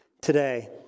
today